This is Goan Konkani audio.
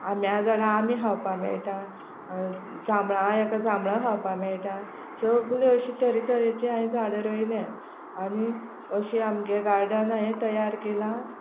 आंब्या झाडां आंबे खावपाक मेळटा जांबळां एका जांबळां खावपा मेळटा सगलीं अशींं तरेतरेचीं हांयें झाडां रोयल्या आनी अशें आमगें गार्डन हांयें तयार केलां